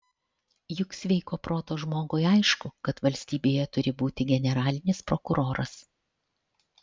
juk sveiko proto žmogui aišku kad valstybėje turi būti generalinis prokuroras